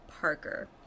Parker